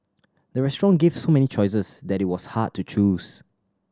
the restaurant give so many choices that it was hard to choose